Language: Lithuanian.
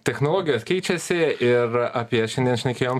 technologijos keičiasi ir apie šiandien šnekėjom